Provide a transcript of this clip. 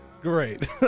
Great